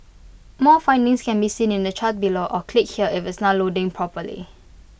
more findings can be seen in the chart below or click here if it's not loading properly